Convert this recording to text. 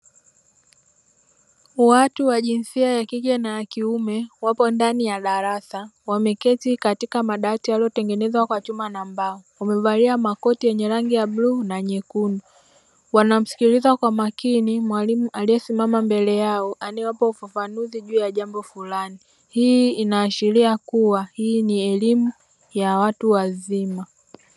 Watu wa jinsia ya kike na ya kiume wapo ndani ya darasa, wameketi katika madawati yaliyotengenezwa kwa chuma na mbao, wamevalia makoti yenye rangi ya bluu na nyekundu. Wanamsikiliza kwa makini mwalimu aliyesimama mbele yao, anayewapa ufafanuzi juu ya jambo fulani. Hii inaashiria kuwa hii ni elimu ya watu wazima.